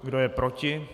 Kdo je proti?